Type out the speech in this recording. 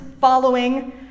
following